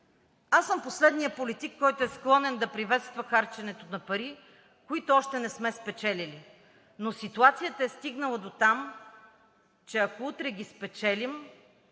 Аз съм последният политик, който е склонен да приветства харченето на пари, които още не сме спечелили, но ситуацията е стигнала дотам, че, ако утре ги спечелим,